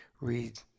read